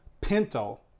Pinto